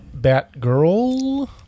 batgirl